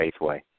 Faithway